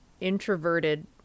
introverted